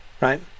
right